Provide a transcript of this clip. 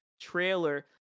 trailer